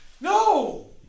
No